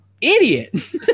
idiot